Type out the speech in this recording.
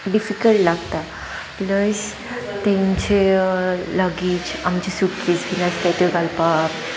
difficult लागता plus तेंचे luggage आमचे सूटकेस बीन आसता त्यो घालपाक